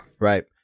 Right